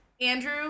Andrew